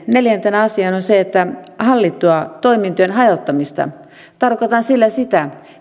neljäntenä asiana on sitten se että on hallittua toimintojen hajottamista tarkoitan sillä sitä